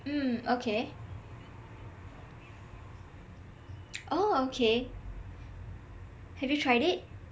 mm okay oh okay have you tried it